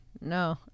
No